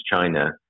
China